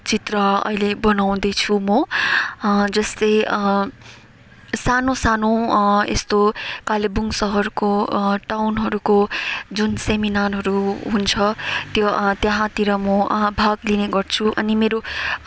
चित्र अहिले बनाउँदैछु म जस्तै सानो सानो यस्तो कालेबुङ सहरको टाउनहरूको जुन सेमिनारहरू हुन्छ त्यो त्यहाँतिर म भाग लिने गर्छु अनि मेरो